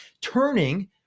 turning